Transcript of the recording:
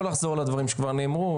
לא לחזור על הדברים שכבר נאמרו,